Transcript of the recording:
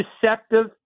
deceptive